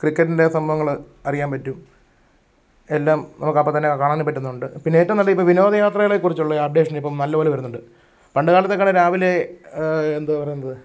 ക്രിക്കറ്റിന്റെ സംഭവങ്ങൾ അറിയാൻ പറ്റും എല്ലാം നമുക്കപ്പം തന്നെ കാണാനും പറ്റുന്നുണ്ട് പിന്നെ ഏറ്റവും നല്ല ഇപ്പം വിനോദയാത്രകളെ കുറിച്ചുള്ള അപ്ഡേഷൻ ഇപ്പം നല്ലപോലെ വരുന്നുണ്ട് പണ്ട് കാലത്തേക്കാളും രാവിലെ എന്തുവാ പറയുന്നത്